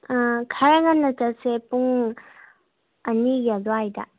ꯑꯥ ꯈꯔ ꯉꯟꯅ ꯆꯠꯁꯦ ꯄꯨꯡ ꯑꯅꯤꯒꯤ ꯑꯗꯨꯋꯥꯏꯗ